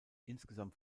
insgesamt